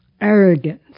arrogance